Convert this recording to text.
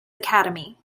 academy